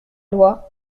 loi